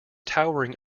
towering